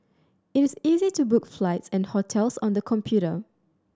it is easy to book flights and hotels on the computer